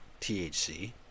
THC